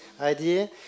idea